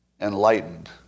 Enlightened